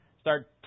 start